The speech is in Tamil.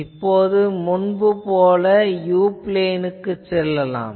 இப்போது முன்பு போல நாம் u பிளேனுக்குச் செல்லலாம்